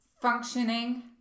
functioning